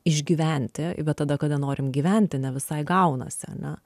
išgyventi bet tada kada norim gyventi ne visai gaunasi ane